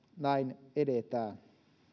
näin edetään